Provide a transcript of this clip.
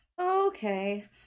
Okay